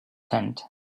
tent